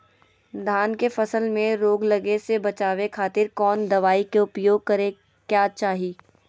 धान के फसल मैं रोग लगे से बचावे खातिर कौन दवाई के उपयोग करें क्या चाहि?